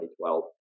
2012